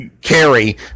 carry